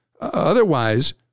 Otherwise